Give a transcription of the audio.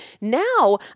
Now